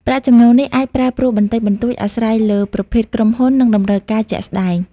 ប្រាក់ចំណូលនេះអាចប្រែប្រួលបន្តិចបន្តួចអាស្រ័យលើប្រភេទក្រុមហ៊ុន និងតម្រូវការជាក់ស្តែង។